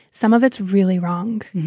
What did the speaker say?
some of it's really wrong.